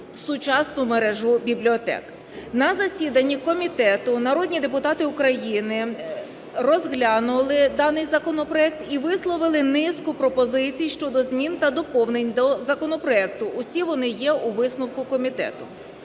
сучасну мережу бібліотек. На засіданні комітету народні депутати України розглянули даний законопроект і висловили низку пропозицій щодо змін та доповнень до законопроекту, усі вони є у висновку комітету.